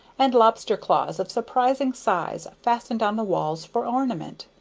and lobster-claws of surprising size fastened on the walls for ornament.